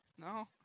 No